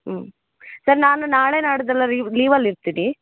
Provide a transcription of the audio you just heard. ಹ್ಞೂ ಸರ್ ನಾನು ನಾಳೆ ನಾಡಿದ್ದೆಲ್ಲ ರೀವ್ ಲೀವಲ್ಲಿ ಇರ್ತೀನಿ